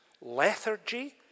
lethargy